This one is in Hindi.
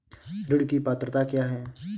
ऋण की पात्रता क्या है?